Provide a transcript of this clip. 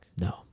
No